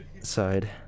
side